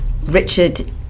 richard